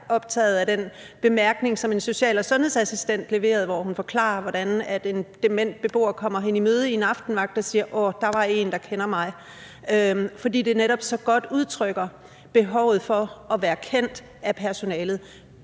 optaget af den bemærkning, som en social- og sundhedsassistent leverede, da hun forklarede, hvordan en dement beboer kommer hende i møde en aftenvagt og siger: Åh, der var en, der kender mig. For det udtrykker netop så godt behovet for at være kendt af personalet.